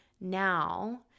now